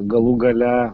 galų gale